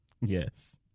Yes